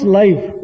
life